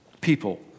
people